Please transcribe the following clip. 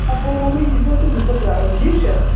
آ پُلوومے ییٖزیٚو تہٕ بہٕ چھُسو پرٛاران ٹھیٖک چھا